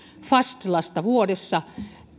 fas lasta vuodessa